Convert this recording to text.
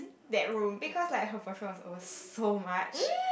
that room because like her boyfriend was over so much